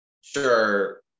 Sure